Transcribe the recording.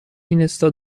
اینستا